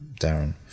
Darren